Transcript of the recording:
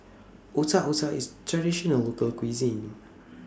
Otak Otak IS Traditional Local Cuisine